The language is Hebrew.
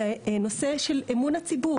זה נושא של אמון הציבור,